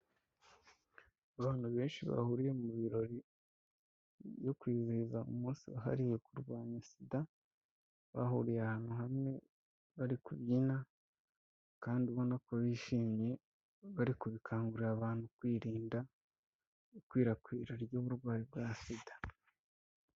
Abana benshi bahuriye mu birori byo kwizihiza umunsi wahariwe kurwanya Sida, bahuriye ahantu hamwe bari kubyina kandi ubona ko bishimye, bari kubikangurira abantu kwirinda ikwirakwira ry'uburwayi bwa Sida.